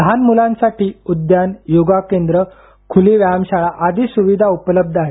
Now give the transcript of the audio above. लहान मूलांसाठी उद्यान योगा केंद्र खूली व्यायाम शाळा आदी सूविधा उपलब्ध आहेत